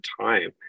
time